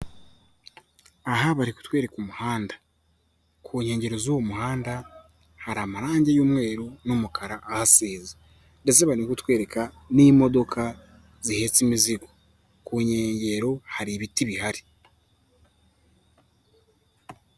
Aha bari kutwereka umuhanda, ku nkengero z'uwo muhanda hari amarangi y'umweru n'umukara ahasize ndetse bari no kutwereka n'imodoka zihetse imizigo, ku nkengero hari ibiti bihari.